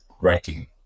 writing